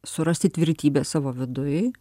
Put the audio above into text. surasti tvirtybės savo viduj